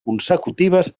consecutives